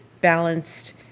balanced